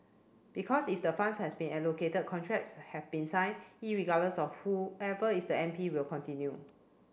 because if the funds has been allocated contracts have been signed regardless of who ever is the M P will continue